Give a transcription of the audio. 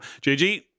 JG